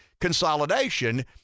consolidation